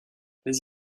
les